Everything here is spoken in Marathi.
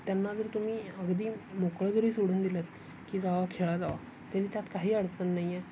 त्यांना जर तुम्ही अगदी मोकळं जरी सोडून दिलं की जा खेळा जा तरी त्यात काही अडचण नाही आहे